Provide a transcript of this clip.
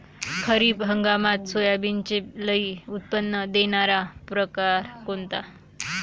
खरीप हंगामात सोयाबीनचे लई उत्पन्न देणारा परकार कोनचा?